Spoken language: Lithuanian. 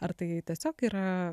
ar tai tiesiog yra